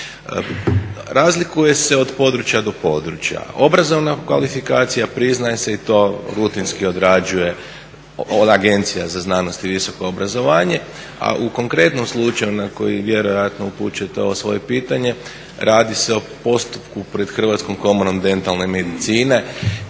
Razlikuje se od područja do područja. Obrazovna kvalifikacija priznaje se, i to rutinski odrađuje, ona Agencija za znanost i visoko obrazovanje. A u konkretnom slučaju na koji vjerojatno upućujete ovo svoje pitanje radi se o postupku pred Hrvatskom komorom dentalne medicine